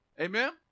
Amen